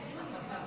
טלי.